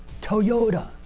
Toyota